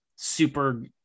super